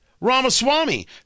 Ramaswamy